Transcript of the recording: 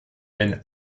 haine